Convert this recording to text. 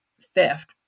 theft